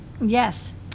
Yes